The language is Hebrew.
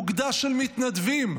אוגדה של מתנדבים,